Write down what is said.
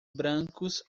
brancos